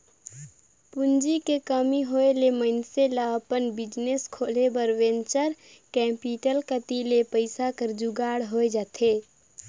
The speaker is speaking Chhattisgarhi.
पूंजी के कमी होय ले मइनसे ल अपन बिजनेस खोले बर वेंचर कैपिटल कती ले पइसा कर जुगाड़ होए जाथे